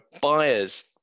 buyer's